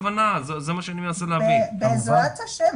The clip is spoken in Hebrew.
בעזרת השם.